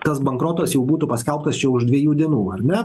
tas bankrotas jau būtų paskelbtas jau už dviejų dienų ar ne